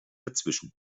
dazwischen